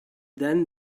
then